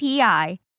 API